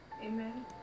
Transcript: Amen